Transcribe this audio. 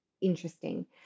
interesting